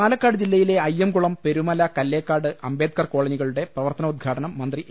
പാലക്കാട് ജില്ലയിലെ അയ്യംകുളം പെരുമല കല്ലേക്കാട് അംബേദ്ക്കർ കോളനികളുടെ പ്രവർത്തനോദ്ഘാടനം മന്ത്രി എ